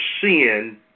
sin